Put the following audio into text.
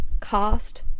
cast